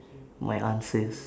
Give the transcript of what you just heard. my answers